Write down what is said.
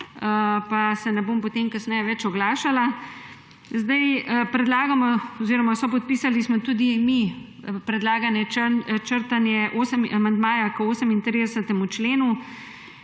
pa se ne bom potem kasneje več oglašala. Predlagamo oziroma sopodpisali smo tudi mi predlaganje črtanje amandmaja k 38. členu.